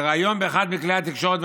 בריאיון באחד מכלי התקשורת,